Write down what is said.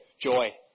joy